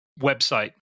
website